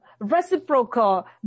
reciprocal